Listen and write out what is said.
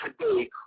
today